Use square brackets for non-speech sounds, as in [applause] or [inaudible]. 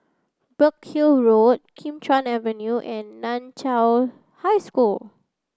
Burkill [unintelligible] Kim Chuan Avenue and Nan Chiau High School